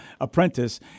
apprentice